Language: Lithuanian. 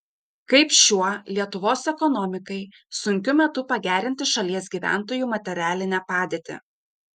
kaip šiuo lietuvos ekonomikai sunkiu metu pagerinti šalies gyventojų materialinę padėtį